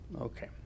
okay